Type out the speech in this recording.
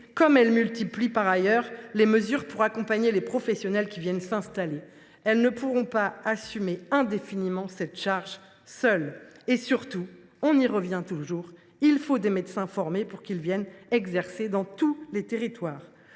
même qu’elles multiplient par ailleurs les mesures pour accompagner les professionnels qui viennent s’installer. Elles ne pourront pas assumer indéfiniment cette charge seules. Surtout – on y revient toujours –, il faut former des médecins pour qu’ils viennent exercer dans tous les territoires.